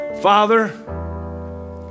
Father